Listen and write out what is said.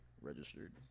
registered